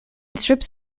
strips